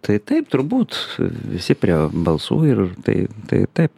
tai taip turbūt visi prie balsų ir tai tai taip